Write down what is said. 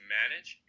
manage